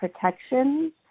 protections